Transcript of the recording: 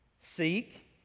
Seek